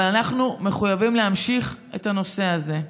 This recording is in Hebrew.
אבל אנחנו מחויבים להמשיך את הנושא הזה.